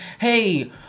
hey